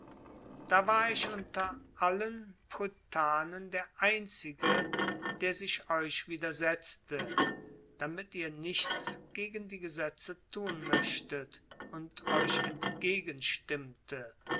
da war ich unter allen prytanen der einzige der sich euch widersetzte damit ihr nichts gegen die gesetze tun möchtet und euch